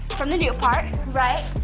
from the new part, right,